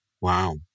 Wow